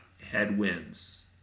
headwinds